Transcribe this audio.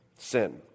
Sin